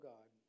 God